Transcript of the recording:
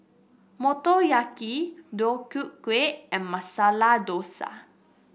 Motoyaki Deodeok Gui and Masala Dosa